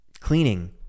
cleaning